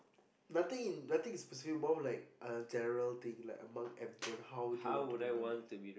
nothing in nothing specific more like a general thing like among everyone how to you want to be remembered